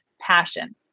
passion